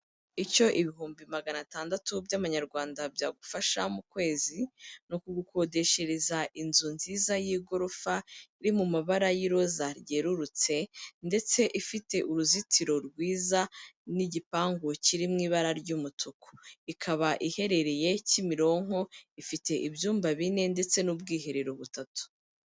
Icyo ibihumbi magana tandatu by'amanyarwanda byagufasha mu kwezi ni ukugukodeshereza inzu nziza y'igorofa iri mu mabara y'iroza ryerurutse ndetse ifite uruzitiro rwiza n'igipangu kiri mu ibara ry'umutuku. Ikaba iherereye Kimironko, ifite ibyumba bine ndetse n'ubwiherero butatu.